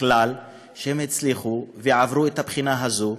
בכלל, שהם הצליחו ועברו את הבחינה הזאת.